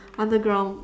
underground